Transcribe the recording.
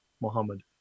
Muhammad